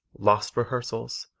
lost rehearsals,